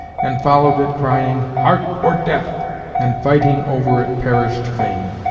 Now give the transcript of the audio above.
and followed it crying heart or death and fighting over it perished fain.